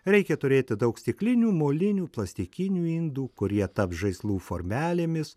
reikia turėti daug stiklinių molinių plastikinių indų kurie taps žaislų formelėmis